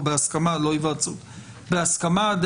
בהסכמה,